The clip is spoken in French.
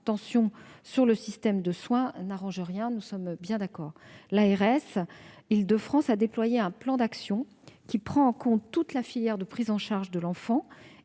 tension sur le système de soins ; cela n'arrange rien, nous sommes bien d'accord. L'ARS d'Île-de-France a déployé un plan d'action intégrant toute la filière de prise en charge de l'enfant